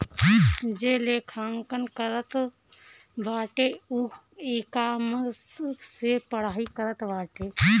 जे लेखांकन करत बाटे उ इकामर्स से पढ़ाई करत बाटे